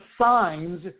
signs